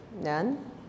None